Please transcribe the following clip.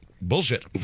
bullshit